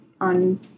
on